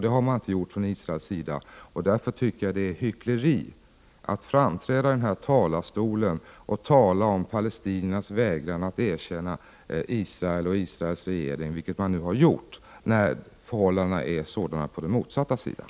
Detta har inte Israel gjort, och därför tycker jag att det är hyckleri att framträda i denna talarstol och tala om palestiniernas vägran att erkänna Israel och Israels regering, vilket man har gjort — detta med tanke på hur förhållandena är på den motsatta sidan.